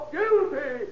guilty